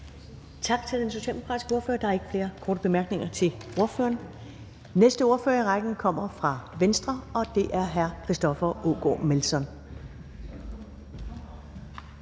Tak til den socialdemokratiske ordfører. Der er ikke flere korte bemærkninger til ordføreren. Den næste ordfører i rækken kommer fra Venstre, og det er hr. Christoffer Aagaard Melson.